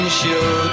show